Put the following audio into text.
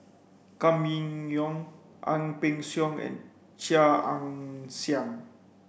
Gan Kim Yong Ang Peng Siong and Chia Ann Siang